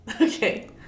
okay